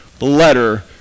letter